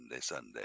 Sunday